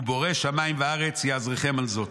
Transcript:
ובורא שמיים וארץ יעזרכם על זאת.